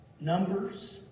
Numbers